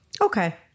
Okay